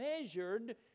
measured